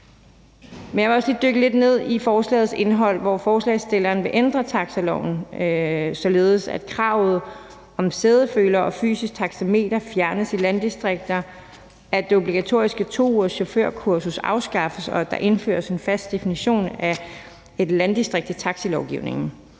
jeg vil også lige dykke lidt ned i forslagets indhold. Forslagstillerne vil ændre taxiloven, således at kravet om sædeføler og fysisk taxameter fjernes i landdistrikter, det obligatoriske 2-ugerschaufførkursus afskaffes og der indføres en fast definition af et landdistrikt i taxilovgivningen.